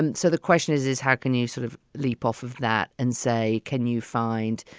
and so the question is, is how can you sort of leap off of that and say, can you find,